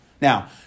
Now